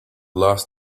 last